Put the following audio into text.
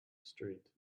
street